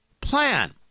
plan